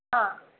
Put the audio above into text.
हां